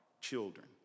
children